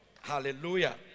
Hallelujah